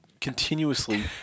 continuously